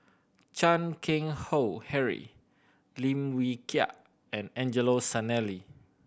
Chan Keng Howe Harry Lim Wee Kiak and Angelo Sanelli